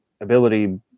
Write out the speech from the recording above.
ability